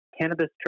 cannabis